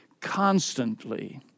constantly